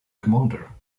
commander